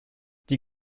die